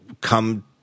come